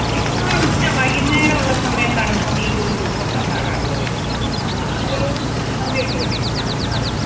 മിക്കവാറും ഉച്ച വൈകുന്നേരം ഉള്ള സമയത്താണ് നമുക്ക് ഈ കൂടുതലും ബുദ്ധിമുട്ട് ഉണ്ടാകാറുള്ളത് ആ ആ ഒരു സമസന്ധ്യയോടു കൂടി ആ അതെ